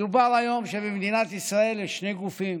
מדובר היום על כך שבמדינת ישראל יש שני גופים: